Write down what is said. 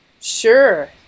Sure